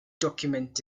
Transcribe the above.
document